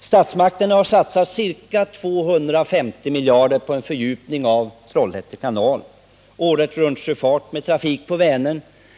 Statsmakterna har satsat ca 250 miljoner på en fördjupning av Trollhätte kanal och åretruntsjöfart på Vänern.